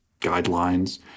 guidelines